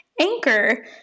Anchor